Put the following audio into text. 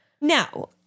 now